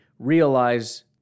realize